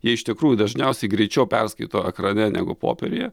jie iš tikrųjų dažniausiai greičiau perskaito ekrane negu popieriuje